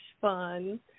fun